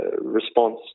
response